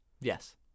Yes